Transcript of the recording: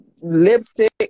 lipstick